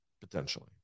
potentially